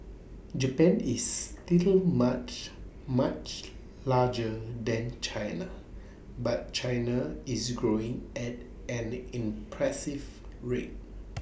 Japan is still much much larger than China but China is growing at an impressive rate